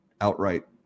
outright